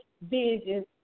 vision